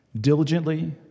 Diligently